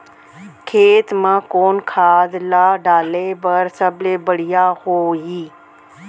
खेत म कोन खाद ला डाले बर सबले बढ़िया होही?